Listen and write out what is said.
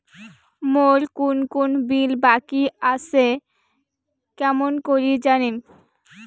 মোর কুন কুন বিল বাকি আসে কেমন করি জানিম?